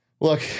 Look